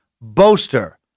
boaster